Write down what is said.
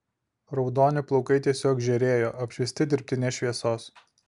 raudoni plaukai tiesiog žėrėjo apšviesti dirbtinės šviesos